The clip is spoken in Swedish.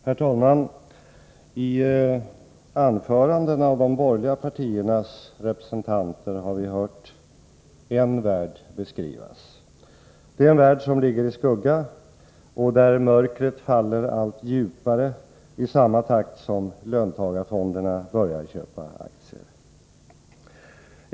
Herr talman! I anförandena av de borgerliga partiernas representanter har vi hört en värld beskrivas. Det är en värld som ligger i skugga och där mörkret faller allt djupare i samma takt som löntagarfonderna börjar köpa aktier.